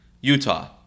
utah